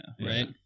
right